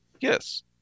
Yes